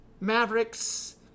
Mavericks